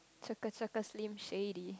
shaka shaka Slim-Shady